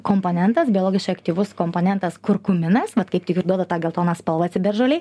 komponentas biologiškai aktyvus komponentas kurkuminas vat kaip tik ir duoda tą geltoną spalvą ciberžolei